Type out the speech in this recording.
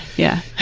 yeah.